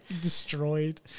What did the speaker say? Destroyed